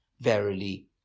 Verily